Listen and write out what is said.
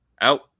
Out